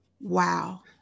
wow